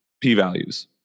p-values